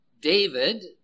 David